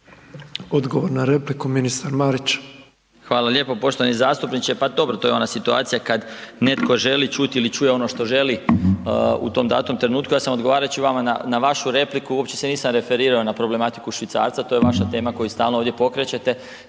Odgovor na repliku, ministar Marić. **Marić, Zdravko** Hvala lijepo. Poštovani zastupniče, pa dobro to je ona situacija kad netko želi čut ili čuje ono što želi u tom datom trenutku. Ja sam odgovarajući vama na vašu repliku, uopće se nisam referirao na problematiku švicarca to je vaša tema koju stalno ovdje pokrećete,